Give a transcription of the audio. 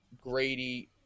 greedy